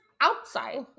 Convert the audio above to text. outside